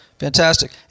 Fantastic